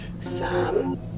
Sam